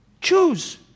Choose